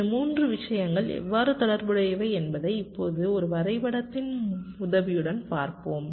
இந்த 3 விஷயங்கள் எவ்வாறு தொடர்புடையவை என்பதை இப்போது ஒரு வரைபடத்தின் உதவியுடன் பார்ப்போம்